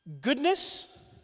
Goodness